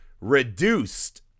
reduced